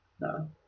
No